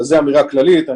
אבל זו אמירה כללית.